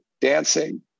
dancing